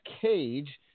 Cage